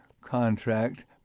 Contract